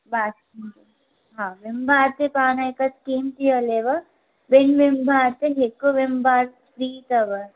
बासण हा Vim bar ते हाणे हिकु स्कीम थी हलेव ॿिनि विम बार ते हिकु विम बार फ्री